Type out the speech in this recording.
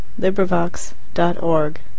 LibriVox.org